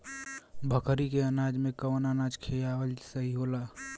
बकरी के अनाज में कवन अनाज खियावल सही होला?